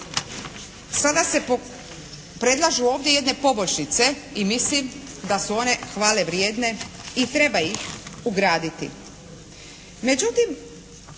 Sada se predlažu ovdje jedne poboljšice i mislim da su one hvale vrijedne i treba ih ugraditi.